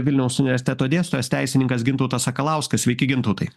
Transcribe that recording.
vilniaus universiteto dėstytojas teisininkas gintautas sakalauskas sveiki gintautai